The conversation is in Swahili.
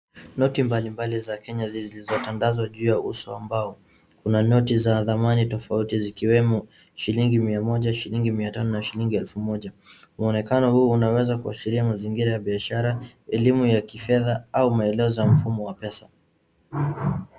Noti mbalimbali za Kenya zilizotandazwa juu ya uso wa mbao. Kuna noti za dhamani tofauti zikiwemo shilingi mia moja, shilingi mia tano na shilingi elfu moja. Mwanekano huu unaweza kuashiria mazingira ya biashara, elimu ya kifedha au maelezo ya mfumo wa pesa.